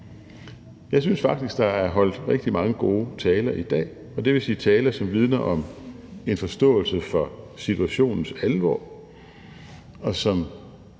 Jeg synes faktisk, at der er holdt rigtig mange gode taler i dag, og det vil sige taler, som vidner om en forståelse for situationens alvor, og som